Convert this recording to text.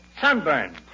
sunburn